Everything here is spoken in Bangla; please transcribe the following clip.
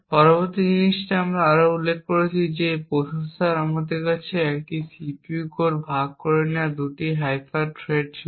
পরবর্তী জিনিসটি আমরা আরও উল্লেখ করেছি যে এই প্রসেসরে আমাদের কাছে একই CPU কোর ভাগ করে নেওয়া 2টি হাইপার থ্রেড ছিল